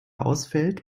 ausfällt